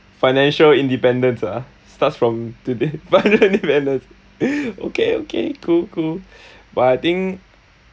financial independence ah starts from today finally independent okay okay cool cool but I think